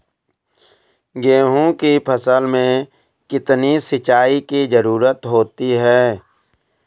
गेहूँ की फसल में कितनी सिंचाई की जरूरत होती है?